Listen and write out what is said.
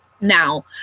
now